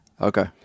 okay